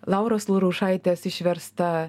lauros laurušaitės išversta